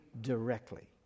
directly